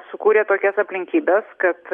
sukūrė tokias aplinkybes kad